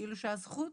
שהזכות